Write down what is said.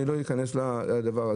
לא אכנס לזה.